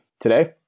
Today